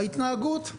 ההתנהגות.